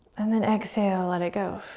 and then exhale, let it go.